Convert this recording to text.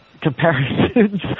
comparisons